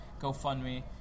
GoFundMe